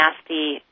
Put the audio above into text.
nasty